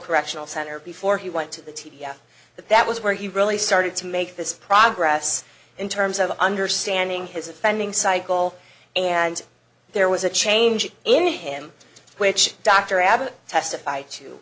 correctional center before he went to the t f that that was where he really started to make this progress in terms of understanding his offending cycle and there was a change any him which dr abbott testif